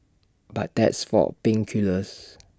but that's for pain killers